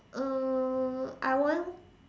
uh I won't